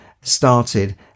started